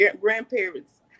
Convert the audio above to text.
grandparents